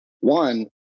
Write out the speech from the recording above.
One